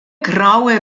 graue